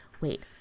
wait